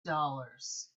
dollars